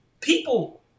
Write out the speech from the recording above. people